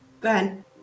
Ben